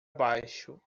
baixo